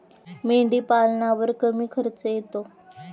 मेंढीपालनावर कमी खर्च येतो